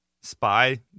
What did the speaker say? SPY